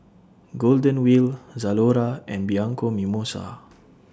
Golden Wheel Zalora and Bianco Mimosa